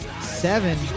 seven